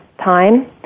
time